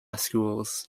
schools